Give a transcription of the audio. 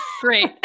great